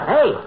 Hey